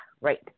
right